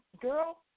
girl